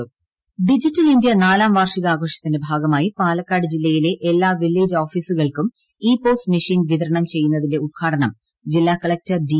E POS machine വിതരണം ദ്രപാലക്കാട് digital India നാലാം വാർഷികാഘോഷത്തിന്റെ ഭാഗമായി പാലക്കാട് ജില്ലയിലെ എല്ലാ വില്ലേജ് ഓഫീസുകൾക്കും ഇ പോസ് മെഷീൻ വിതരണം ചെയ്യുന്നതിന്റെ ഉദ്ഘാടനം ജില്ലാ കലക്ടർ ഡി